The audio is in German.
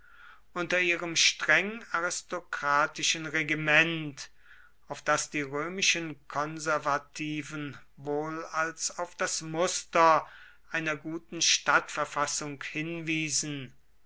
unter ihrem streng aristokratischen regiment auf das die römischen konservativen wohl als auf das muster einer guten stadtverfassung hinwiesen